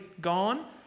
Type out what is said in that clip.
gone